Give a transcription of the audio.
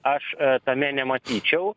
aš tame nematyčiau